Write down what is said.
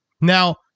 Now